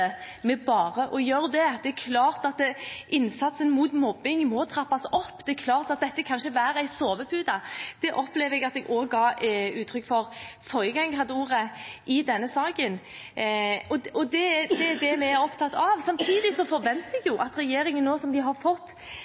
med bare å gjøre det. Det er klart at innsatsen mot mobbing må trappes opp. Det er klart at dette kanskje vil være en sovepute. Det opplever jeg at jeg også ga uttrykk for forrige gang jeg hadde ordet i denne saken, og det er det vi er opptatt av. Samtidig forventer jeg at regjeringen, nå som de har fått